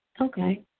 Okay